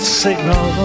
signal